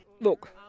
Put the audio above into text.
Look